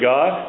God